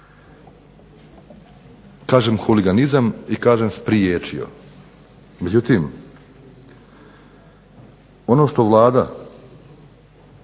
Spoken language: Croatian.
Kažem huliganizam i kažem spriječio, međutim ono što Vlada